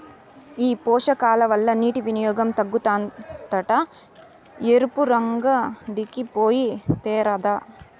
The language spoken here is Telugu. ఈ పోషకాల వల్ల నీటి వినియోగం తగ్గుతాదంట ఎరువులంగడికి పోయి తేరాదా